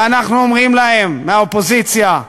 ואנחנו אומרים להם, מהאופוזיציה: